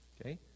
okay